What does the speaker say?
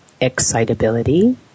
excitability